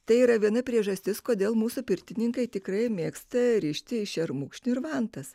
tai yra viena priežastis kodėl mūsų pirtininkai tikrai mėgsta rišti iš šermukšnių ir vantas